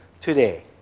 today